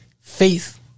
faith